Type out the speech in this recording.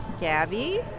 Gabby